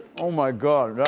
oh, my god.